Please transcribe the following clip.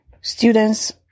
Students